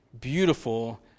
beautiful